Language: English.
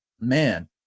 man